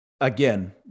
again